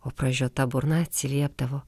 o pražiota burna atsiliepdavo